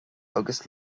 agus